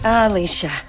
Alicia